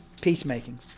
peacemaking